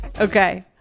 Okay